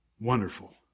Wonderful